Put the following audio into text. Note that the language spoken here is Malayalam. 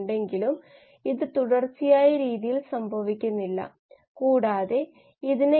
ഒരു ജീവിയായ കോറിനെബാക്ടീരിയം ഗ്ലൂട്ടാമിക്കം എൽ ലൈസിൻ ഉത്പാദിപ്പിക്കുന്നു